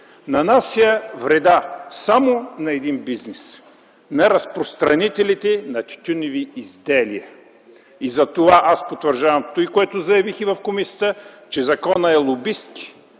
нанася вреда само на един бизнес, на разпространителите на тютюневи изделия. И затова аз потвърждавам туй, което заявих и в комисията, че законът е лобистки,